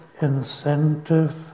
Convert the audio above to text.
incentive